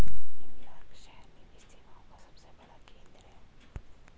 New York शहर निवेश सेवाओं का सबसे बड़ा केंद्र है